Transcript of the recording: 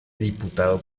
diputado